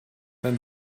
dann